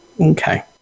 Okay